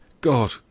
God